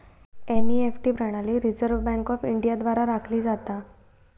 NEFT प्रणाली reserve bank of India द्वारा राखली जाता